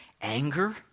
anger